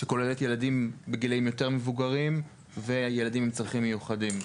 שכוללת ילדים בגילאים יותר מבוגרים וילדים עם צרכים מיוחדים.